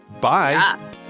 Bye